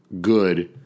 good